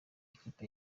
ikipe